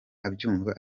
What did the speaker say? abyumva